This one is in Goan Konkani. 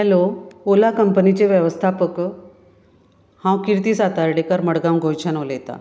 हॅलो ओला कंपनिचे वेवस्थापक हांव किर्ती सातर्डेकर मडगांव गोंयच्यान उलयता